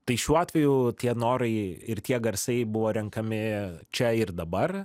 tai šiuo atveju tie norai ir tie garsai buvo renkami čia ir dabar